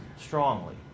strongly